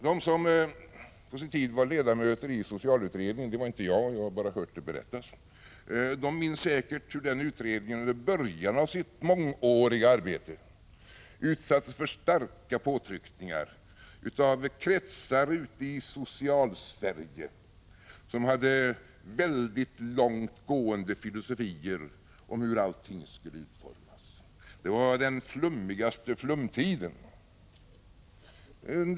De som på sin tid var ledamöter i socialutredningen — det var inte jag, jag har bara hört berättas om saken — minns säkert hur den utredningen i början av sitt mångåriga arbete utsattes för starka påtryckningar från kretsar ute i Socialsverige som hade väldigt långt gående filosofier om hur allting skulle utformas. Det var den flummigaste flumtiden.